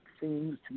seems